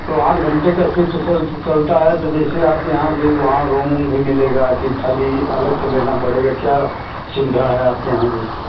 तो आठ घंटे का सिफ्ट सो च चलता है तो जैसे आप यहाँ के वहाँ रूम वूम भी मिलेगा कि खाली अलग से लेना पड़ेगा क्या सुविधा है आपके यहाँ जैसे